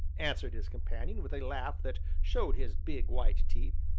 answered his companion with a laugh that showed his big, white teeth.